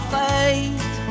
faith